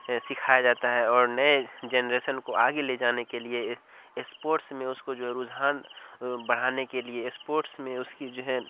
سکھایا جاتا ہے اور نئے جنریشن کو آگے لے جانے کے لیے ایک اسپورٹس میں اس کو جو رجحان بڑھانے کے لیے اسپورٹس میں اس کی جو ہے